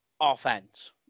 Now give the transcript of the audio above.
offense